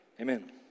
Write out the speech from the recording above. Amen